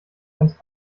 ganz